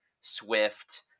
Swift